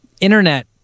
internet